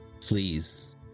please